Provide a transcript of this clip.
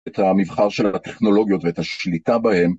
את המבחר של הטכנולוגיות ואת השליטה בהן.